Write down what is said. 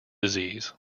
disease